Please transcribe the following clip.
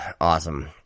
awesome